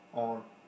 or